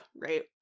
right